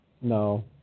No